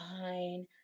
fine